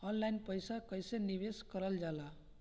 Online पईसा कईसे निवेश करल जाला?